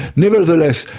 nevertheless,